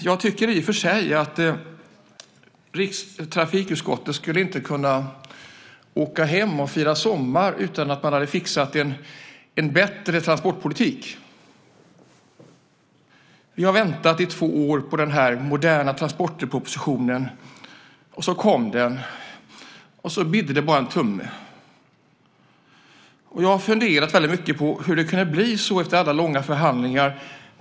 Jag tycker i och för sig att trafikutskottet inte kan åka hem och fira sommar utan att ha fixat en bättre transportpolitik. Vi har väntat i två år på propositionen om moderna transporter. Så kom den, och så "bidde" det bara en tumme. Jag har funderat på hur det kunde bli så efter alla långa förhandlingar.